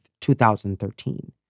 2013